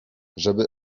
żeby